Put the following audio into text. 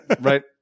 Right